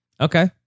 Okay